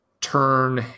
turn